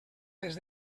les